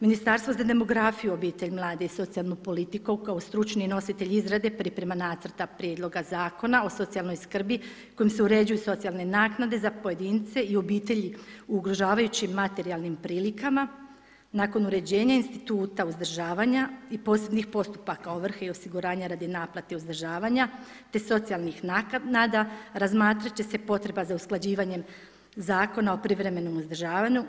Ministarstvo za demografiju, obitelj, mlade i socijalnu politiku kao stručni nositelj izrade pripreme nacrta prijedloga zakona o socijalnoj skrbi, kojim se uređuju socijalne naknade za pojedince i obitelji u ugrožavajućim materijalnim prilikama nakon uređenja instituta uzdržavanja i posebnih postupaka ovrhe i osiguranja radi naplate i uzdržavanja te socijalnih naknada, razmatrat će se potreba za usklađivanjem Zakona o privremenom uzdržavanju.